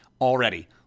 already